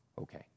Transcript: Okay